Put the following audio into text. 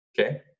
okay